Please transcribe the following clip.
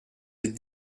est